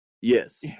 Yes